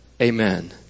Amen